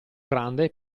grande